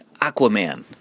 Aquaman